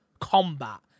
combat